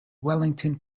wellington